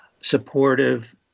supportive